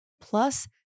plus